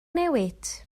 newid